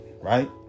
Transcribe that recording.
right